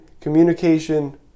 communication